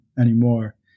anymore